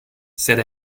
said